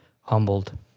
humbled